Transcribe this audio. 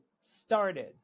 started